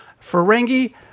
Ferengi